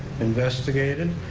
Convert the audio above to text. investigated,